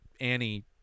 Annie